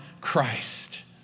Christ